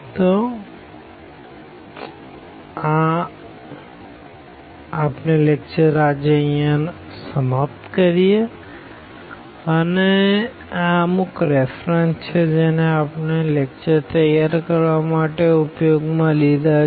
તો આ અમુક રેફરન્સ છે જેને આપણે આ લેકચર ને તૈયાર કરવા માટે ઉપયોગ માં લીધા છે